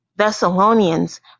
Thessalonians